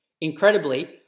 Incredibly